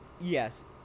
Yes